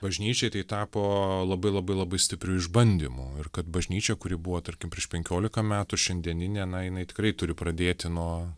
bažnyčiai tai tapo labai labai labai stipriu išbandymu ir kad bažnyčia kuri buvo tarkim prieš penkiolika metų šiandieninė na jinai tikrai turi pradėti nuo